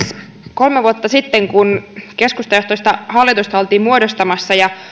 kolme vuotta sitten kun keskustajohtoista hallitusta oltiin muodostamassa ja